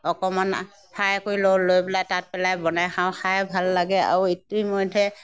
অকণমান ফাই কৰি লওঁ লৈ পেলাই তাত পেলাই বনাই খাওঁ খাই ভাল লাগে আৰু ইতিমধ্যে